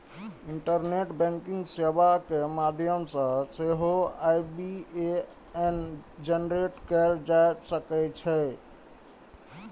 internet banking सेवा के माध्यम सं सेहो आई.बी.ए.एन जेनरेट कैल जा सकै छै